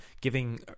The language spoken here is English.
giving